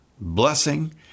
blessing